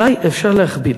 עלי אפשר להכביד,